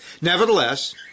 Nevertheless